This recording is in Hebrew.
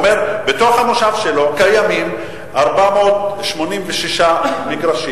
הוא אומר: במושב שלו קיימים 486 מגרשים